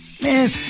Man